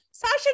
Sasha